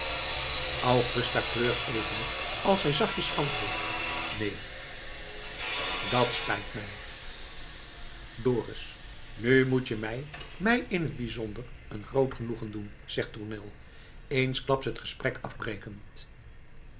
augusta kleurt even als zij zachtjes antwoordt neen dat spijt mij dorus nu moet je mij mij in t bijzonder een groot genoegen doen zegt tournel eensklaps het gesprek afbrekend